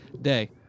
day